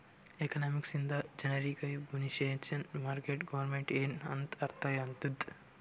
economics ಇಂದ ಜನರಿಗ್ business, market, government ಎನ್ ಅಂತ್ ಅರ್ಥ ಆತ್ತುದ್